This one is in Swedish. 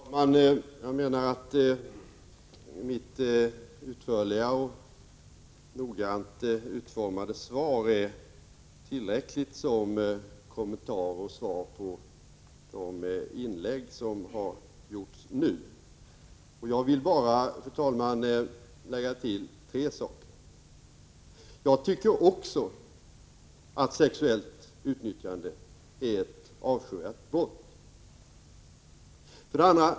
Fru talman! Jag menar att mitt utförliga och noggrant utformade svar är tillräckligt som kommentar till och svar på de inlägg som nu har gjorts. Jag vill bara, fru talman, lägga till tre saker. 1. Jag tycker också att sexuellt utnyttjande är ett avskyvärt brott. 2.